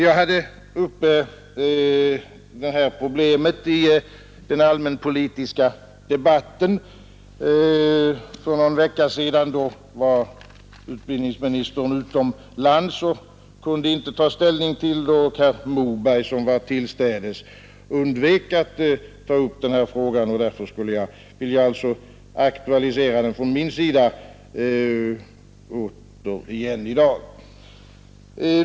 Jag tog upp det här problemet i den allmänpolitiska debatten för någon vecka sedan. Då var utbildningsministern utomlands och kunde inte ta ställning till det, och herr Moberg, som var tillstädes, undvek att ta upp frågan. Därför skulle jag i dag återigen vilja aktualisera den.